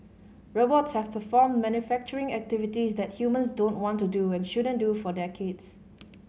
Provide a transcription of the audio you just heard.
robots have performed manufacturing activities that humans don't want to do or shouldn't do for decades